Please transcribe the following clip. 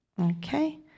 Okay